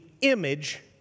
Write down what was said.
image